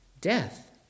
Death